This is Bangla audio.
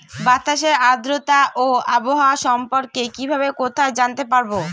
বাতাসের আর্দ্রতা ও আবহাওয়া সম্পর্কে কিভাবে কোথায় জানতে পারবো?